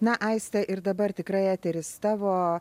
na aiste ir dabar tikrai eteris tavo